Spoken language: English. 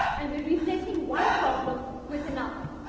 and we're replacing one problem with another.